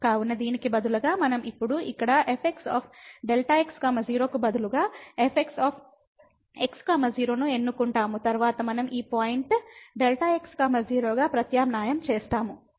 కాబట్టి దీనికి బదులుగా మనం ఇప్పుడు ఇక్కడ fx Δ x 0 కు బదులుగా fx x 0 ను ఎన్నుకుంటాము తరువాత మనం ఈ పాయింట్ Δ x 0 గా ప్రత్యామ్నాయం చేస్తాము